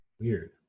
Weird